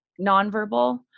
nonverbal